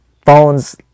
phones